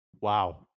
wow